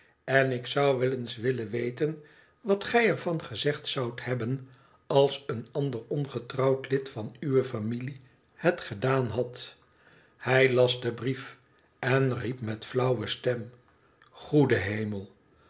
en ik zou wel eens willen weten wat gij er van gezegd zoudt hebben als een ander ongetrouwd lid van uwe familie het gedaan had hij las den brief en riep met flauwe stem goede hemel